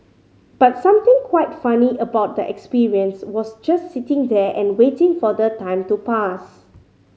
but something quite funny about that experience was just sitting there and waiting for the time to pass